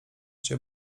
cię